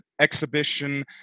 exhibition